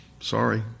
Sorry